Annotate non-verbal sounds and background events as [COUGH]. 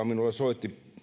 [UNINTELLIGIBLE] minulle soitti